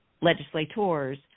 legislators